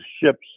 ships